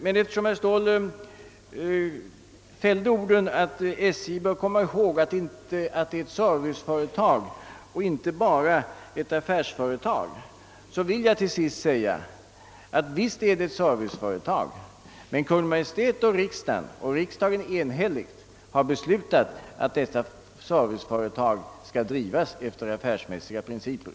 Men eftersom herr Ståhl framhöll, att man bör komma ihåg att SJ är ett serviceföretag och inte bara ett affärsföretag, vill jag ändå till sist tillägga, att visst är SJ ett serviceföretag, men Kungl. Maj:t och en enhällig riksdag har beslutat att detta serviceföretag skall drivas efter affärsmässiga principer.